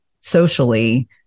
socially